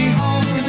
home